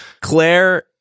Claire